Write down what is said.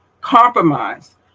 compromise